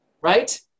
right